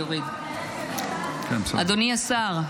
אדוני השר,